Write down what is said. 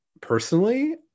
personally